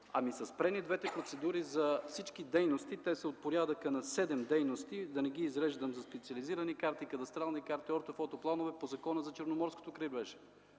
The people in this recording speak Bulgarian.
ами са спрени двете процедури за всички дейности. Те са от порядъка на седем дейности. Да не ги изреждам – за специализирани карти, кадастрални карти, ортофотопланове по Закона за устройство